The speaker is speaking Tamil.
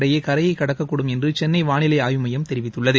இடையே கரையை கடக்கக்கூடும் என்று சென்னை வாளிலை ஆய்வு மையம் தெரிவித்துள்ளது